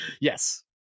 Yes